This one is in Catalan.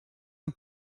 del